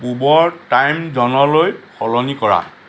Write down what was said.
পূবৰ টাইম জ'নলৈ সলনি কৰা